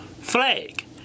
flag